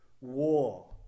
war